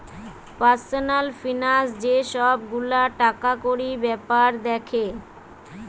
personal finance যে সব গুলা টাকাকড়ির বেপার দ্যাখে